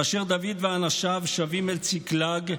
כאשר דוד ואנשיו שבים אל צקלג,